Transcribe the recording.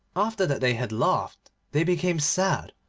after that they had laughed they became sad,